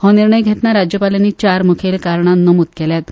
हो निर्णय घेतना राज्यपालांनी चार मुखेल कारणां नमूद केल्यात